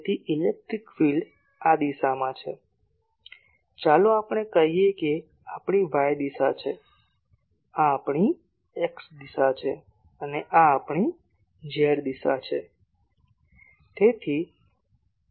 તેથી electric field આ દિશામાં છે ચાલો આપણે કહીએ કે આ આપણી y દિશા છે આ આપણી x દિશા છે અને આ આપણી z દિશા છે જે તે છે